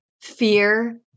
fear